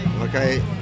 Okay